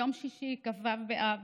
יום שישי, כ"ו באב,